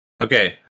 Okay